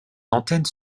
antennes